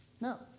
No